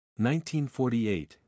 1948 –